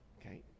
Okay